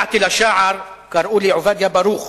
לשער קראו לי 'עובדיה ברוך',